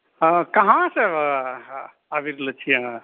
हँ कहाँ से आबि रहल छियै अहाँ